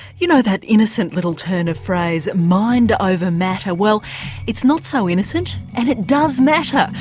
you know that innocent little turn of phrase mind over matter, well it's not so innocent and it does matter!